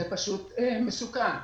זה פשוט מסוכן.